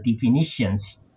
definitions